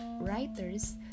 writers